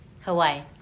Hawaii